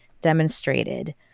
demonstrated